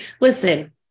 listen